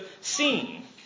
seen